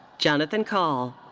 jonathan kahl.